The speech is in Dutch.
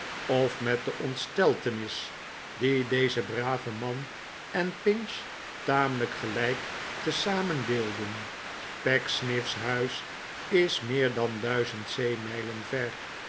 of met de ontsteltenis die deze brave man en pinch tamelijk gelijk tezamen deelden pecksniff's huis is meer dan duizend zeemijlen ver